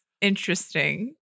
interesting